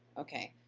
okay.